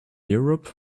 europe